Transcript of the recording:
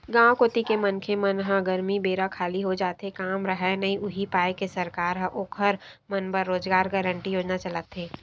गाँव कोती के मनखे मन ह गरमी बेरा खाली हो जाथे काम राहय नइ उहीं पाय के सरकार ह ओखर मन बर रोजगार गांरटी योजना चलाथे